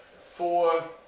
four